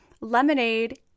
Lemonade